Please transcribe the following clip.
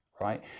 Right